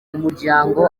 k’umuryango